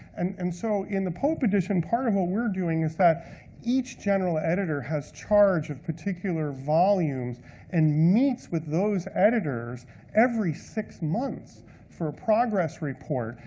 and so, in the pope edition, part of what we're doing is that each general editor has charge of particular volumes and meets with those editors every six months for a progress report.